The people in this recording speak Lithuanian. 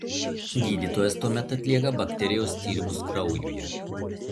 gydytojas tuomet atlieka bakterijos tyrimus kraujuje